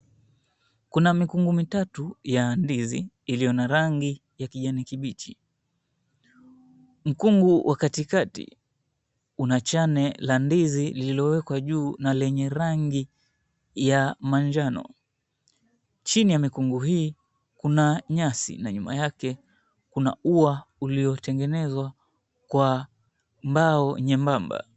Kuna mikungu mitatu ya ndizi iliyo na rangi ya kijani kibichi. Mkungu wa katikati una chane la ndizi lililowekwa juu na lenye rangi ya manjano, chini ya mikungu hii kuna nyasi na nyuma yake kuna ua uliotengenezwa kwa mbao nyembamba.